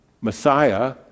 Messiah